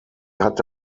hatte